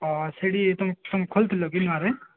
ହଁ ସେଇଠି ତୁମେ ତୁମେ ଖୋଲିଥିଲ କି ନୂଆରେ